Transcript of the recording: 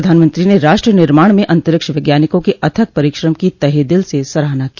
प्रधानमंत्री ने राष्ट्र निर्माण में अंतरिक्ष वैज्ञानिकों के अथक परिश्रम की तहे दिल से सराहना की